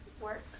Work